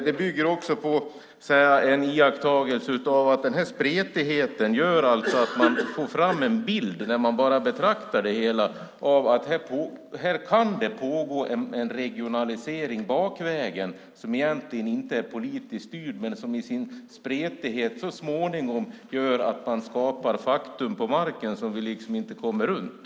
Interpellationen bygger även på iakttagelsen att spretigheten gör att man får fram en bild av att bara betrakta det hela. Här kan det pågå en regionalisering bakvägen, som egentligen inte är politiskt styrd, men som i sin spretighet så småningom gör att man skapar faktum på marken som vi inte kommer runt.